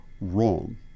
wrong